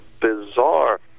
bizarre